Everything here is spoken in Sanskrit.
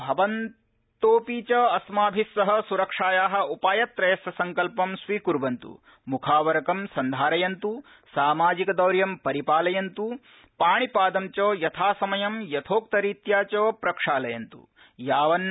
भवन्तोऽपि अस्माभि सह सुरक्षाया उपायत्रयस्य सङ्कल्पं स्वीकुर्वन्तु मुखावरकं सन्धारयन्तु सामाजिकदौर्यं परिपालयन्तु पाणिपाद च यथासमयं प्रक्षालयन्त्